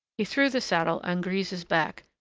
he threw the saddle on grise's back,